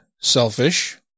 selfish